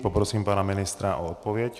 Poprosím pana ministra o odpověď.